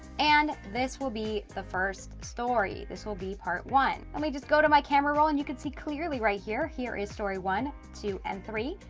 and this will be the first story, this will be part one. let me just go to my camera roll and you can see clearly right here, here is story one, two, and three,